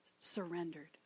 surrendered